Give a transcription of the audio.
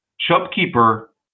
Shopkeeper